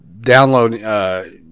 download